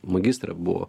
magistrą buvo